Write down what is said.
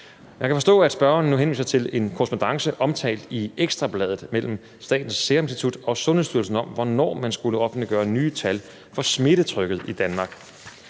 Jeg kan forstå, spørgeren nu henviser til en korrespondance omtalt i Ekstra Bladet mellem Statens Serum Institut og Sundhedsstyrelsen om, hvornår man skulle offentliggøre nye tal for smittetrykket i Danmark.